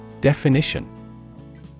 Definition